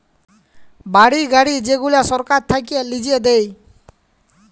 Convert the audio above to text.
বাড়ি, গাড়ি যেগুলা সরকার থাক্যে লিজে দেয়